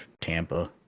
Tampa